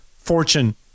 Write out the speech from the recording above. Fortune